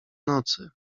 nocy